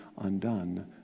undone